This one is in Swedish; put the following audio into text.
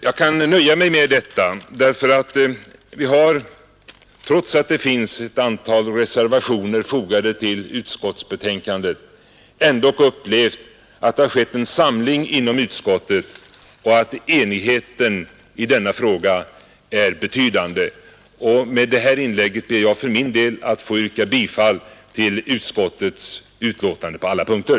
Jag kan nöja mig med detta, därför att vi har, trots att det finns ett antal reservationer fogade till utskottsbetänkandet, ändock upplevt att det har skett en samling inom utskottet och att enigheten i denna fråga är betydande. Med detta inlägg ber jag för min del att få yrka bifall till utskottets hemställan på alla punkter.